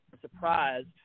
surprised